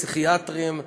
פסיכיאטרים,